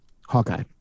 hawkeye